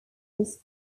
was